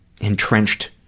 entrenched